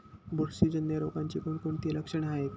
बुरशीजन्य रोगाची कोणकोणती लक्षणे आहेत?